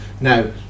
Now